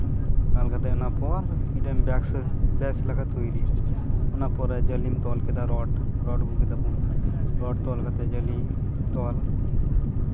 ᱠᱷᱟᱞ ᱠᱟᱛᱮᱫ ᱚᱱᱟ ᱯᱚᱨ ᱢᱤᱫᱴᱮᱱ ᱵᱮᱥ ᱥᱮ ᱵᱮᱥ ᱞᱮᱠᱟ ᱵᱮᱱᱟᱜᱼᱟ ᱚᱱᱟ ᱯᱚᱨᱮ ᱡᱟᱹᱞᱤᱢ ᱛᱚᱞ ᱠᱮᱫᱟ ᱨᱚᱰ ᱨᱚᱰ ᱟᱹᱜᱩ ᱠᱮᱫᱟᱵᱚᱱ ᱨᱚᱰ ᱛᱚᱞ ᱠᱟᱛᱮ ᱡᱟᱹᱞᱤ ᱛᱚᱞ